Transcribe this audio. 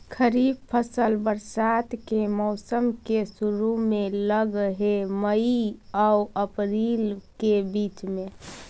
खरीफ फसल बरसात के मौसम के शुरु में लग हे, मई आऊ अपरील के बीच में